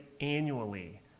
annually